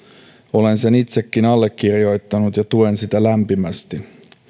olen sen itsekin allekirjoittanut ja tuen sitä lämpimästi